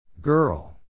Girl